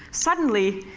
suddenly